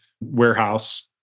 warehouse